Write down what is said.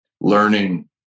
learning